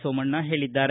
ಸೋಮಣ್ಣ ಹೇಳಿದ್ದಾರೆ